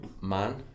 man